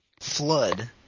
flood